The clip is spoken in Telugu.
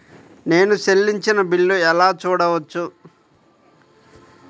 నేను చెల్లించిన బిల్లు ఎలా చూడవచ్చు?